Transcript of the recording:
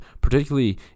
particularly